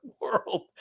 world